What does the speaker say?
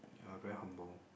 are very humble